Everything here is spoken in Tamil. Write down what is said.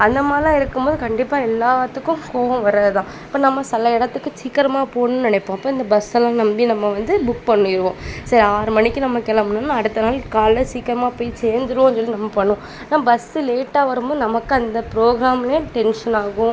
அந்த மாதிரிலாம் இருக்கும் போது கண்டிப்பாக எல்லாத்துக்கும் கோபம் வர்றது தான் இப்போ நம்ம சில இடத்துக்கு சீக்கிரமாக போகணும்னு நினைப்போம் அப்போ இந்த பஸ்ஸெல்லாம் நம்பி நம்ம வந்து புக் பண்ணிடுவோம் சரி ஆறு மணிக்கு நம்ம கிளம்புனோம்னா அடுத்த நாள் காலைல சீக்கிரமாக போய் சேர்ந்துருவோம்னு சொல்லி நம்ம பண்ணுவோம் ஆனால் பஸ்ஸு லேட்டாக வரும் போது நமக்கு அந்த ப்ரோக்ராம்லயும் டென்ஷன் ஆகும்